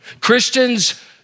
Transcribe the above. Christians